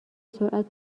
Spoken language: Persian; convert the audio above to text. سرعت